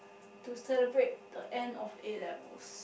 to celebrate the end of A-level